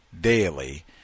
daily